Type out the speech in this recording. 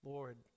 Lord